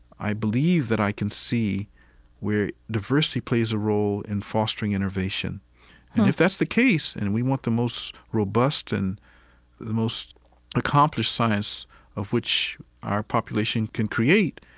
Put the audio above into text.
i believe that i can see where diversity plays a role in fostering innovation. and if that's the case, and we want the most robust and the most accomplished science of which our population can create,